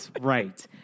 right